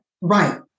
right